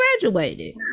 graduated